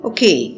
Okay